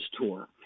tour